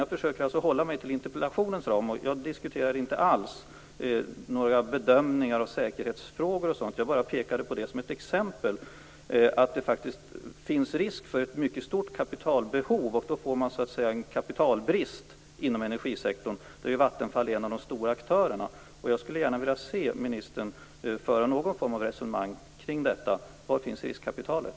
Jag försöker alltså hålla mig inom interpellationens ram. Jag diskuterar inte alls några bedömningar av säkerhetsfrågor och sådant. Jag bara pekade på det som ett exempel; att det faktiskt finns risk för ett mycket stort kapitalbehov. Då får man så att säga en kapitalbrist inom energisektorn, där ju Vattenfall är en av de stora aktörerna. Jag skulle gärna vilja att ministerns förde någon form av resonemang omkring detta. Var finns riskkapitalet?